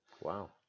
Wow